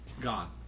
Gone